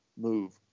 move